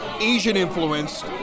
Asian-influenced